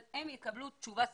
אבל הם יקבלו תשובה סופית.